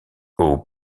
aux